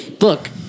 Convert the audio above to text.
Look